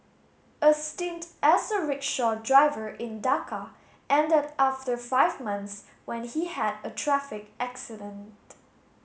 a stint as a rickshaw driver in Dhaka ended after five months when he had a traffic accident